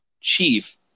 Chief